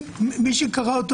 מי שקרא אותו,